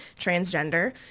transgender